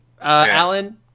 Alan